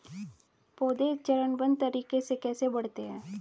पौधे चरणबद्ध तरीके से कैसे बढ़ते हैं?